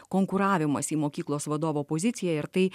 konkuravimas į mokyklos vadovo poziciją ir tai